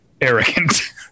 arrogant